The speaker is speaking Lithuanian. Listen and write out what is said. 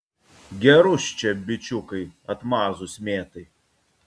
gerus čia bičiukai atmazus mėtai